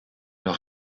noch